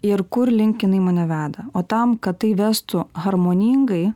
ir kur link jinai mane veda o tam kad tai vestų harmoningai